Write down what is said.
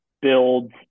builds